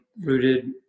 rooted